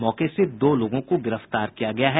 मौके से दो लोगों को गिरफ्तार किया गया है